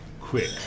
quick